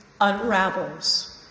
unravels